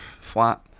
flat